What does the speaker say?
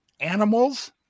animals